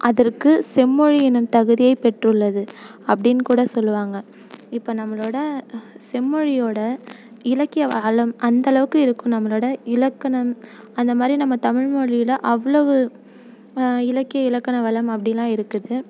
அதற்கு செம்மொழி எனும் தகுதியை பெற்றுள்ளது அப்படினு கூட சொல்லுவாங்க இப்போ நம்மளோடய செம்மொழியோடய இலக்கிய வளம் அந்த அளவுக்கு இருக்கும் நம்மளோடய இலக்கணம் அந்த மாதிரி நம்ம தமிழ்மொழியில் அவ்வளோவு இலக்கிய இலக்கண வளம் அப்படின்லாம் இருக்குது